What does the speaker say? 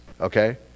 okay